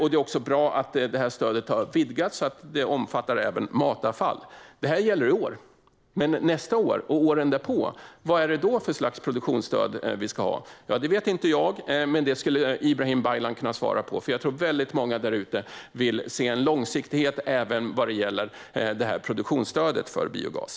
Det är bra att stödet har vidgats så att det även omfattar matavfall. Detta gäller i år, men nästa år och åren därpå - vad är det då för slags produktionsstöd vi ska ha? Det vet inte jag, men detta skulle Ibrahim Baylan kunna svara på. Jag tror att många där ute vill se en långsiktighet även vad gäller produktionsstödet för biogas.